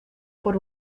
por